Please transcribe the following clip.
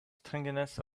strangeness